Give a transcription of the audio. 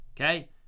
Okay